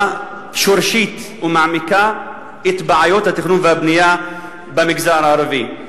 שורשית ומעמיקה את בעיות התכנון והבנייה במגזר הערבי.